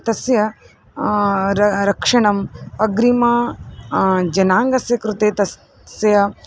तस्य रा रक्षणम् अग्रिमं जनाङ्गस्य कृते तस्य